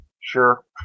Sure